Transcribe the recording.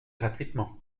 gratuitement